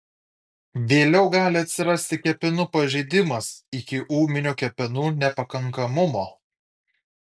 vėliau gali atsirasti kepenų pažeidimas iki ūminio kepenų nepakankamumo